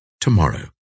Tomorrow